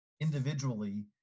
individually